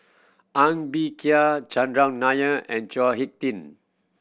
Ng Bee Kia Chandran Nair and Chao Hick Tin